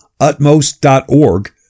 utmost.org